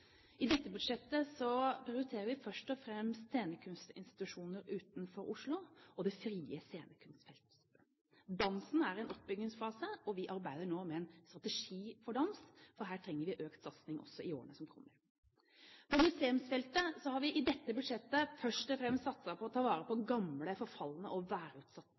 I dette budsjettet prioriterer vi først og fremst scenekunstinstitusjoner utenfor Oslo og det frie scenekunstfeltet. Dansen er i en oppbyggingsfase. Vi arbeider nå med en strategi for dans, for her trenger vi økt satsing også i årene som kommer. På museumsfeltet har vi i dette budsjettet først og fremst satset på å ta vare på gamle, forfalne og værutsatte